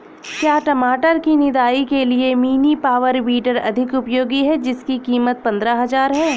क्या टमाटर की निदाई के लिए मिनी पावर वीडर अधिक उपयोगी है जिसकी कीमत पंद्रह हजार है?